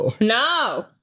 No